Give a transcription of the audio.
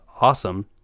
awesome